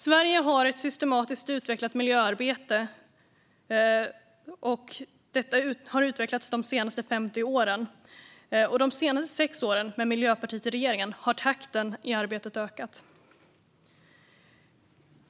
Sverige har ett systematiskt utvecklat miljöarbete, som har utvecklats de senaste 50 åren, och de senaste sex åren, med Miljöpartiet i regeringen, har takten i arbetet ökat.